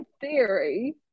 theory